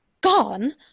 Gone